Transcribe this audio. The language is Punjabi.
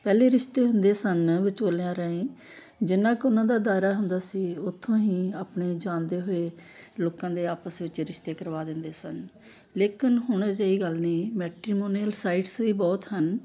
ਪਹਿਲਾਂ ਰਿਸ਼ਤੇ ਹੁੰਦੇ ਸਨ ਵਿਚੋਲਿਆਂ ਰਾਹੀਂ ਜਿੰਨਾ ਕੁ ਉਹਨਾਂ ਦਾ ਦਾਇਰਾ ਹੁੰਦਾ ਸੀ ਉੱਥੋਂ ਹੀ ਆਪਣੇ ਜਾਣਦੇ ਹੋਏ ਲੋਕਾਂ ਦੇ ਆਪਸ ਵਿੱਚ ਰਿਸ਼ਤੇ ਕਰਵਾ ਦਿੰਦੇ ਸਨ ਲੇਕਿਨ ਹੁਣ ਅਜਿਹੀ ਗੱਲ ਨਹੀਂ ਮੈਟਰੀਮੋਨੀਅਲ ਸਾਈਟਸ ਵੀ ਬਹੁਤ ਹਨ